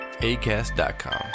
ACAST.com